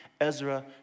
Ezra